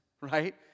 right